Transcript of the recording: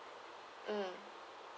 mm